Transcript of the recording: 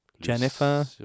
Jennifer